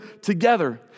together